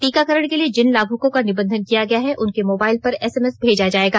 टीकाकरण के लिए जिन लाभुकों का निबंधन किया गया है उनके मोबाइल पर एसएमएस भेजा जायेगा